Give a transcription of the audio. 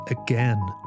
Again